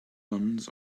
buns